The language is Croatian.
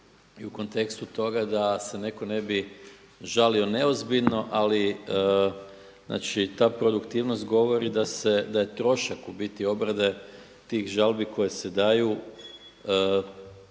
i u kontekstu toga da se netko ne bi žalio neozbiljno, ali znači ta produktivnost govori da se, da je trošak u biti obrade tih žalbi koje se daju